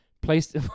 placed